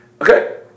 Okay